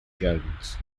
jones